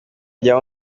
rya